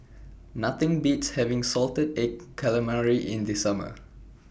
Nothing Beats having Salted Egg Calamari in The Summer